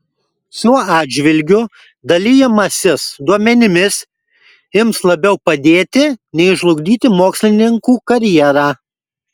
šiuo atžvilgiu dalijimasis duomenimis ims labiau padėti nei žlugdyti mokslininkų karjerą